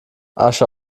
asche